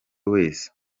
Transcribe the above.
wese